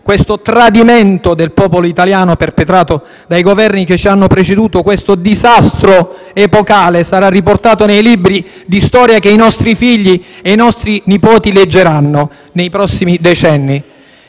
Questo tradimento del popolo italiano perpetrato dai Governi che ci hanno preceduto e questo disastro epocale saranno riportati nei libri di storia che i nostri figli e i nostri nipoti leggeranno nei prossimi decenni.